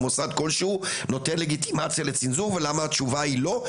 או מוסד כלשהו נותן לגיטימציה לצנזור ולמה התשובה היא לא,